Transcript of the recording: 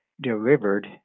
delivered